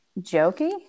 jokey